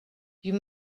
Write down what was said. you